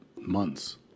months